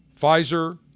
Pfizer